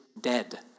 dead